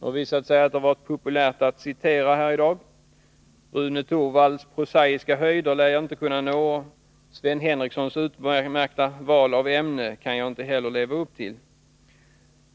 Det har visat sig populärt att citera här i dag. Rune Torwalds poetiska höjder lär jag inte kunna nå, och Sven Henricssons utmärkta val av ämne kan jag inte heller leva upp till.